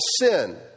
sin